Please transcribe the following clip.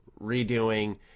redoing